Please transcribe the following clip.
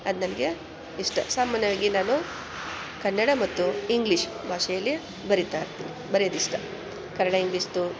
ಅದು ನನಗೆ ಇಷ್ಟ ಸಾಮಾನ್ಯವಾಗಿ ನಾನು ಕನ್ನಡ ಮತ್ತು ಇಂಗ್ಲೀಷ್ ಭಾಷೆಯಲ್ಲಿ ಬರೀತಾ ಇರ್ತೀನಿ ಬರ್ಯೋದು ಇಷ್ಟ ಕನ್ನಡ ಇಂಗ್ಲೀಷ್ದು